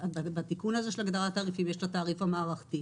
בתיקון הזה של הגדרת תעריפים יש את התעריף המערכתי,